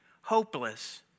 hopeless